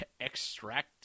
extract